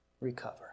recover